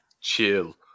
chill